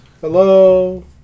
Hello